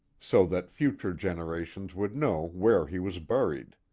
so that future generations would know where he was buried.